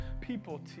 people